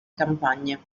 campagne